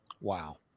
Wow